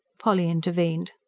polly intervened.